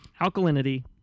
alkalinity